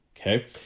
okay